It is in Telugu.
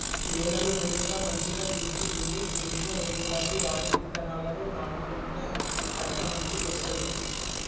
నేలను ముందుగా మంచిగ దుక్కి దున్ని సేంద్రియ ఎరువులను వాడి విత్తనాలను నాటుకుంటే పంట మంచిగొస్తది